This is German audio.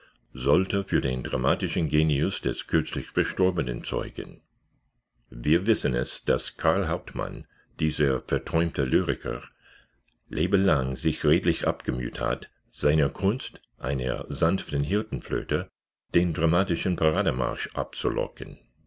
sollte für den dramatischen genius des kürzlich verstorbenen zeugen wir wissen es daß karl hauptmann dieser verträumte lyriker lebelang sich redlich abgemüht hat seiner kunst einer sanften hirtenflöte den dramatischen parademarsch abzulocken